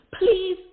Please